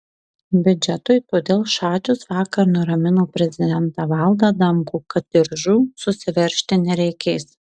biudžetui todėl šadžius vakar nuramino prezidentą valdą adamkų kad diržų susiveržti nereikės